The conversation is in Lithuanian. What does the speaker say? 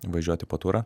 važiuoti po turą